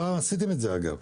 פעם עשיתם את זה, אגב.